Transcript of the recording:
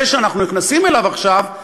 זה שאנחנו נכנסים אליו עכשיו,